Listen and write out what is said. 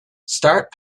start